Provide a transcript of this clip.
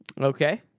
okay